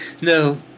No